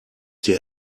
dir